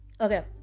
Okay